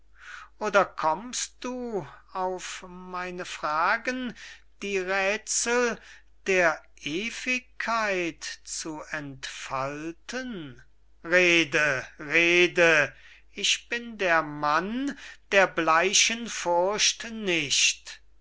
oder kommst du auf meine fragen die räthsel der ewigkeit zu entfalten rede rede ich bin der mann der bleichen furcht nicht